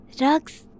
Rugs